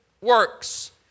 works